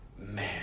man